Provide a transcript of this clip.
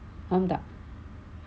faham tak